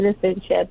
citizenship